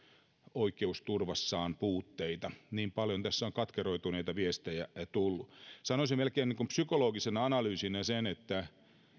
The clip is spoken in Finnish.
oikeusturvassaan puutteita niin paljon tässä on katkeroituneita viestejä tullut sanoisin melkein psykologisena analyysinä sen että